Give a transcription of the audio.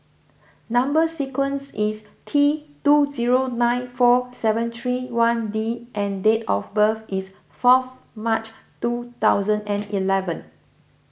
Number Sequence is T two zero nine four seven three one D and date of birth is fourth March two thousand and eleven